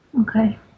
Okay